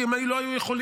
כי הם לא היו יכולים.